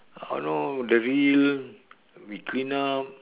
ah you know the reel we clean up